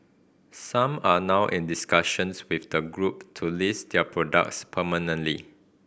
some are now in discussions with the group to list their products permanently